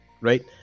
right